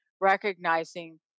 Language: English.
recognizing